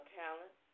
talent